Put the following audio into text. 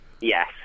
yes